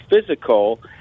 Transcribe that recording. physical